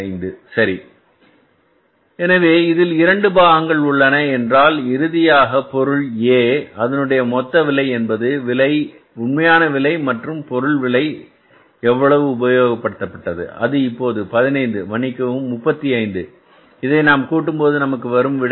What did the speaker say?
75 சரி எனவே இதில் இரண்டு பாகங்கள் உள்ளன என்றால் இறுதியாக பொருள் ஏ அதனுடைய மொத்த விலை என்பது உண்மையான விலை மற்றும் பொருள் எவ்வளவு உபயோகப்படுத்தப்பட்டது அது இப்போது 15 மன்னிக்கவும் 35 இதை நாம் கூட்டும்போது நமக்கு வரும் விடை 3518